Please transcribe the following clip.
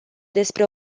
despre